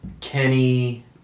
Kenny